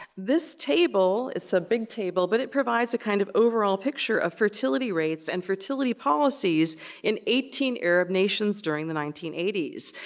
this table, it's a big table, but it provides a kind of overall picture of fertility rates and fertility policies in eighteen arab nations during the nineteen eighty s.